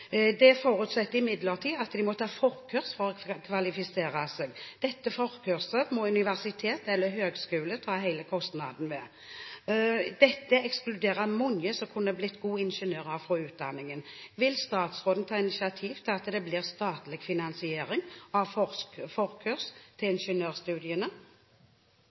Det forutsetter imidlertid at de må ta forkurs for å kvalifisere seg. Dette forkurset må universitet eller høyskole ta hele kostnaden ved. Dette ekskluderer mange – som kunne blitt gode ingeniører – fra utdanningen. Vil statsråden ta initiativ til at det blir statlig finansiering av forkurs til ingeniørstudiene?